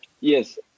Yes